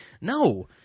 No